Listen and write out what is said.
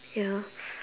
ya